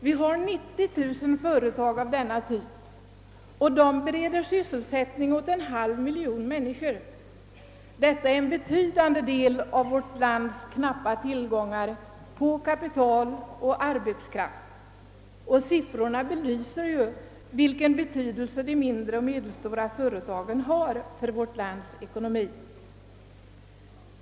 Vi har 90 000 företag av denna typ, vilka bereder sysselsättning åt en halv miljon människor. Detta är en stor del av vårt lands knappa tillgångar på kapital och arbetskraft, och siffrorna belyser vilken betydelse de mindre och medelstora företagen har för landets ekonomi.